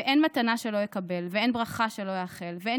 // ואין מתנה שלא אקבל / ואין ברכה שלא אאחל / ואין